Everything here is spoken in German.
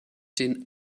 den